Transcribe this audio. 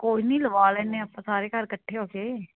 ਕੋਈ ਨਹੀਂ ਲਵਾ ਲੈਂਦੇ ਹਾਂ ਆਪਾਂ ਸਾਰੇ ਘਰ ਇਕੱਠੇ ਹੋ ਕੇ